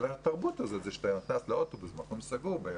כשאתה נכנס לאוטובוס או למקום סגור,